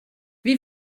wie